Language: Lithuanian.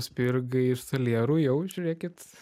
spirgai iš salierų jau žiūrėkit